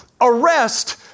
arrest